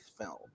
film